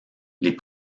les